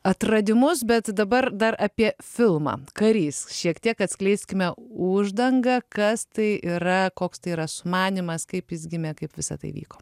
atradimus bet dabar dar apie filmą karys šiek tiek atskleiskime uždangą kas tai yra koks tai yra sumanymas kaip jis gimė kaip visa tai vyko